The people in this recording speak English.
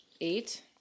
eight